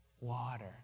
water